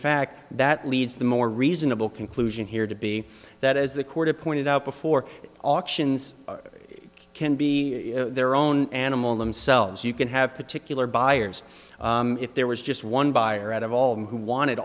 fact that leads the more reasonable conclusion here to be that as the quarter pointed out before auctions can be their own animal themselves you can have particular buyers if there was just one buyer out of all them who wanted